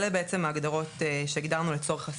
אלה בעצם ההגדרות שהגדרנו לצורך הסעיף.